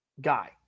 guy